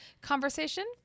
conversation